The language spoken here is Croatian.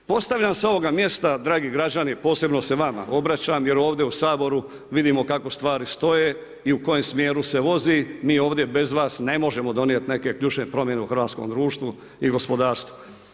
Postavljam sa ovoga mjesta, dragi građani, posebno se vama obraćam jer ovdje u Saboru vidimo kako stvari stoje i u kojem smjeru se vozi, mi ovdje bez vas ne možemo donijeti neke ključne promjene u hrvatskom društvu i gospodarstvu.